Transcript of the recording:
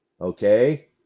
Okay